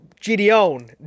Gideon